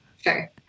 Sure